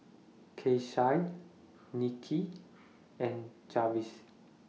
Keisha Nikki and Jarvis